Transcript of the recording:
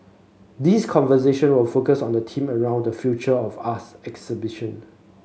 these conversation will focus on the theme around the Future of us exhibition